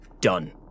done